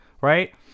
right